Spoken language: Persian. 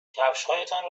کفشهایتان